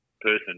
person